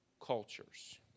cultures